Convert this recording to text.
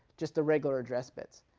just the regular address bits.